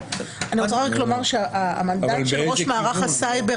אני רוצה רק לומר שהמנדט של ראש מערך הסייבר